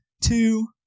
two